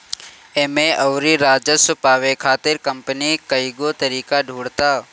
एमे अउरी राजस्व पावे खातिर कंपनी कईगो तरीका ढूंढ़ता